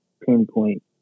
pinpoint